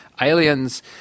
Aliens